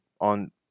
on